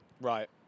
Right